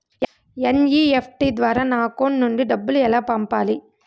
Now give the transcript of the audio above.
NEFT ద్వారా నా account నుండి డబ్బులు ఎలా పంపాలి